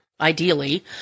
Ideally